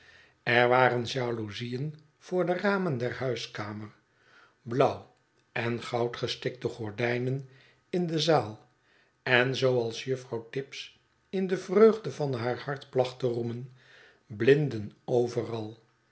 er waren jaloezien voor de ramen der huiskamer blauw en goudgestikte gordijnen in de zaal en zooals juffrouw tibbs in de vreugde van haarhart placht te roemen u blinden overal